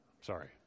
Sorry